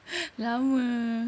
lama